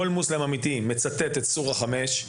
כל מוסלמי אמיתי מצטט את סורה 5,